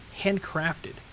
handcrafted